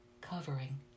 covering